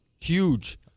Huge